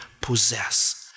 possess